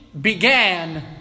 began